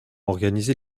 organisées